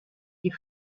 die